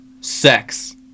Sex